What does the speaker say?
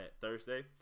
Thursday